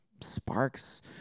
sparks